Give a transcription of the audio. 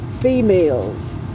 females